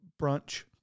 brunch